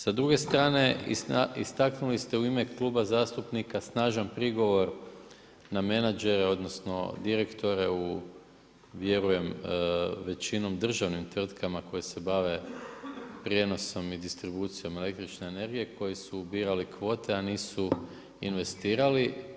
Sa druge strane, istaknuli ste u ime kluba zastupnika snažan prigovor na menadžere, odnosno, direktore, vjerujem većinom državnim tvrtkama koje se bave prijenosom i distribucijom električne energije koji su birali kvote, a nisu investirali.